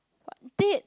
but date